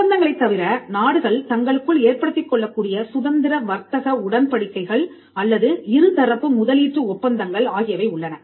ஒப்பந்தங்களைத் தவிர நாடுகள் தங்களுக்குள் ஏற்படுத்திக் கொள்ளக் கூடிய சுதந்திர வர்த்தக உடன்படிக்கைகள் அல்லது இருதரப்பு முதலீட்டு ஒப்பந்தங்கள் ஆகியவை உள்ளன